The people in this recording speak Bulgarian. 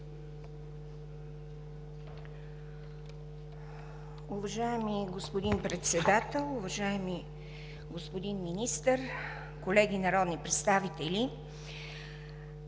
Уважаеми господин Председател, уважаеми господин Министър, колеги народни представители!